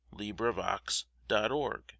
LibriVox.org